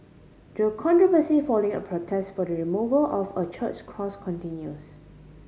the controversy following a protest for the removal of a church's cross continues